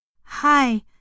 Hi